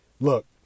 Look